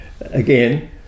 again